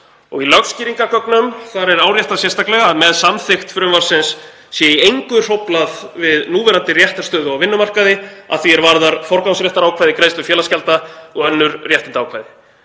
Í lögskýringargögnum er áréttað sérstaklega að með samþykkt frumvarpsins sé í engu hróflað við núverandi réttarstöðu á vinnumarkaði að því er varðar forgangsréttarákvæði, greiðslu félagsgjalda og önnur réttindaákvæði.